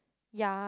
ya